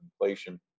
inflation